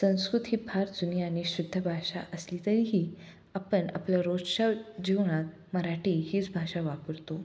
संस्कृत ही फार जुनी आणि शुद्ध भाषा असली तरीही आपन आपल्या रोजच्या जीवनात मराठी हीच भाषा वापरतो